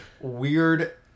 weird